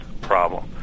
problem